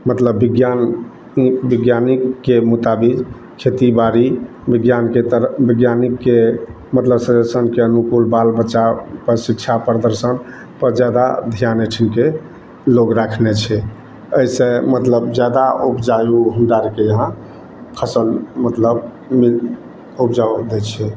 मतलब बिज्ञान ई बिज्ञानिकके मोताबिक खेती बाड़ी बिज्ञानके तरह बिज्ञानिकके मतलब सजेशनके अनुकूल बाल बच्चा पर शिक्षा प्रदर्शन पर जादा ध्यान एहिठामके लोग राखने छै एहिसॅं मतलब जादा उपजा योग हुबा देनहा फसल मतलब ई उपजाउ दै छै